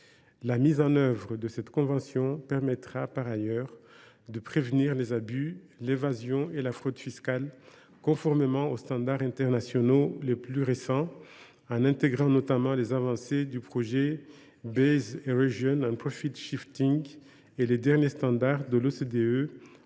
La mise en œuvre de cette convention permettra par ailleurs de prévenir les abus, l’évasion et la fraude fiscales, conformément aux standards internationaux les plus récents. Elle intégrera notamment les avancées du projet Beps et les derniers standards de l’OCDE